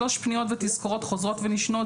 שלוש פניות ותזכורות חוזרות ונשנות,